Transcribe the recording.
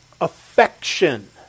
Affection